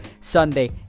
sunday